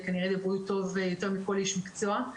וכנראה דיברו טוב יותר מכל איש מקצוע.